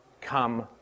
come